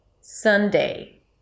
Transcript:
Sunday